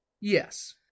Yes